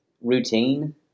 routine